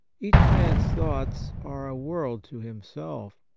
each man's thoughts are a world to himself.